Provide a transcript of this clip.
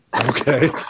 Okay